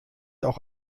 auch